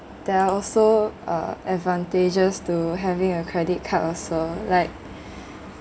there are also uh advantages to having a credit card also like